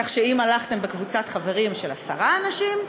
כך שאם הלכתם בקבוצת חברים של עשרה אנשים,